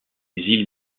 îles